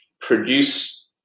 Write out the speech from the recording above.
produce